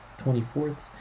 24th